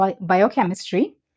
biochemistry